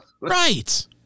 right